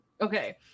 Okay